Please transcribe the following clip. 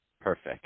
perfect